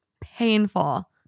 painful